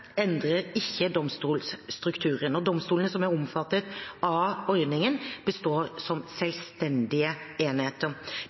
endrer ikke domstolstrukturen, og domstolene som er omfattet av ordningen, består som